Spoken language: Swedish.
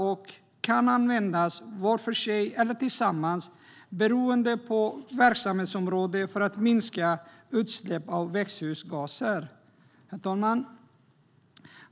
De kan användas var för sig eller tillsammans beroende på verksamhetsområde för att minska utsläpp av växthusgaser. Herr talman!